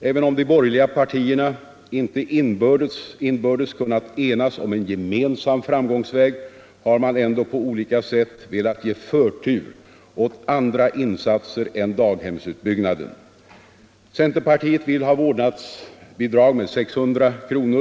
Även om de borgerliga partierna inte inbördes kunnat enas om en gemensam framgångsväg, har man ändå på olika sätt velat ge förtur åt andra insatser än daghemsutbyggnaden. Centerpartiet vill ha vårdnadsbidrag med 600 kr.